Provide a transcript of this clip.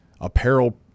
apparel